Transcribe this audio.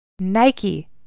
Nike